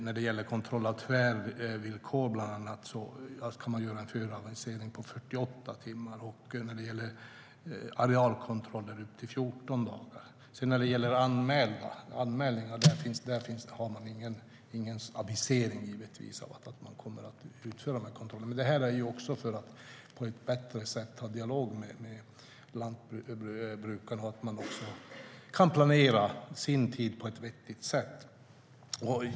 När det gäller kontroll av tvärvillkor bland annat ska man göra en avisering 48 timmar innan de sker. För arealkontroller gäller upp till 14 dagar. För anmälningar har man givetvis ingen avisering när kontrollerna ska utföras. Detta görs för att man på ett bättre sätt ska kunna föra en dialog med lantbrukarna och kunna planera sin tid på ett vettigt sätt.